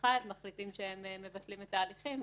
אחד מחליטים שהם מבטלים את ההליכים,